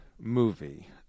movie